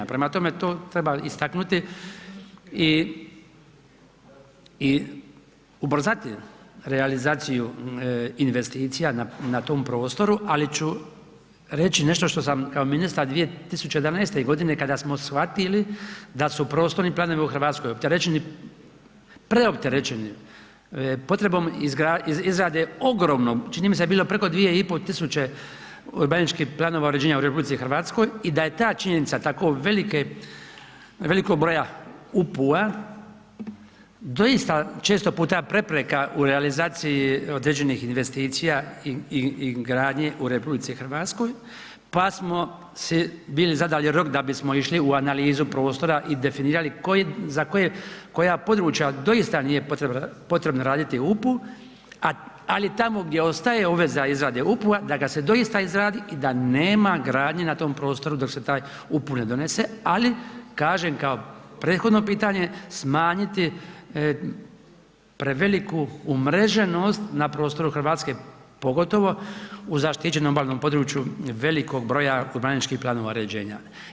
Prema tome, to treba istaknuti i ubrzati realizaciju investicija na tom prostoru ali ću reći nešto što sam kao ministar 2011. godine kada smo shvatili da su prostorni planovi u Hrvatskoj opterećeni, preopterećeni potrebom izrade ogromnog čini mi se da je bilo preko 2.500 urbanističkih planova uređenja u RH i da je ta činjenica tako velike, velikog broja UPU-a doista često puta prepreka u realizaciji određenih investicija i gradnji u RH pa smo si bili zadali rok da bismo išli u analizu prostora i definirali za koje, koja područja doista nije potrebno raditi UPU, ali tamo gdje ostaje za izrade UPU-a da ga se doista izradi i da nema gradnje na tom prostoru dok se taj UPU ne donese, ali kažem kao prethodno pitanje smanjiti preveliku umreženost na prostoru Hrvatske pogotovo u zaštićenom obalnom području velikog broja urbanističkih planova uređenja.